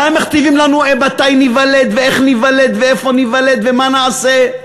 והם מכתיבים לנו מתי ניוולד ואיך ניוולד ואיפה ניוולד ומה נעשה,